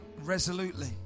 resolutely